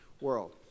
world